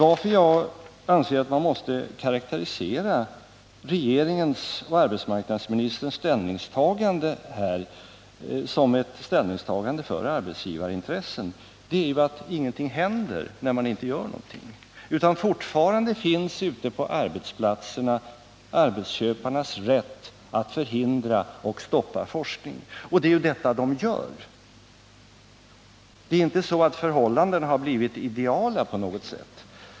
Alt jag anser att regeringens och arbetsmarknadsministerns ställningstagande är till förmån för arbetsgivarintressen beror på att ingenting händer. Man gör ingenting. Fortfarande finns ute på arbetsplatserna arbetsköparnas rätt att förhindra och stoppa forskning. Det är också vad de gör. Det är inte så att förhållandena på något sätt har blivit ideala.